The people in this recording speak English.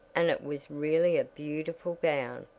and it was really a beautiful gown.